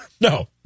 No